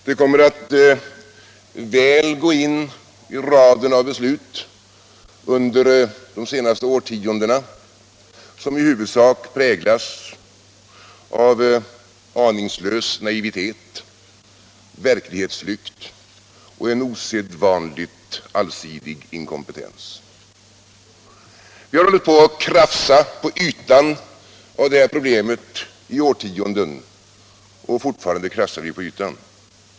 Det kommer att väl gå in i raden av beslut under de senaste årtiondena som i huvudsak präglas av aningslös naivitet, verklighetsflykt och en osedvanligt allsidig inkompetens. Vi har hållit på att krafsa på ytan av det här problemet i årtionden — och fortfarande krafsar vi på ytan.